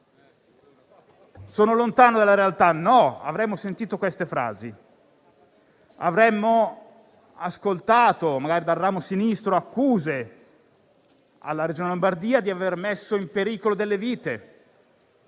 Sono lontano dalla realtà? No, avremmo sentito queste frasi; avremmo ascoltato, magari dalla sinistra, accuse alla Regione Lombardia di aver messo in pericolo delle vite.